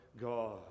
God